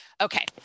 Okay